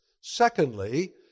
Secondly